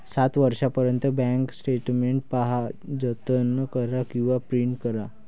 सात वर्षांपर्यंत bank statement पहा, जतन करा किंवा प्रिंट करा